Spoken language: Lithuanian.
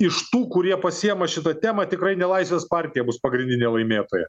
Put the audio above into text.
iš tų kurie pasiema šitą temą tikrai ne laisvės partija bus pagrindinė laimėtoja